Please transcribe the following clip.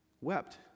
wept